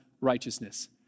righteousness